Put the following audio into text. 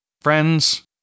Friends